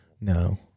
No